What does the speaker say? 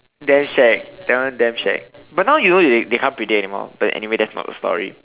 damn shag that one damn shag but now you know they can't predict anymore but anyway that's not the story